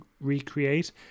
recreate